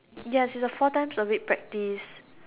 ya it's a four time a week practice